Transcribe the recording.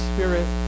Spirit